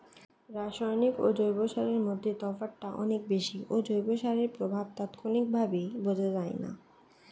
রাসায়নিক ও জৈব সারের মধ্যে তফাৎটা অনেক বেশি ও জৈব সারের প্রভাব তাৎক্ষণিকভাবে বোঝা যায়না